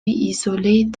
isolées